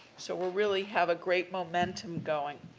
so, we really have a great momentum going.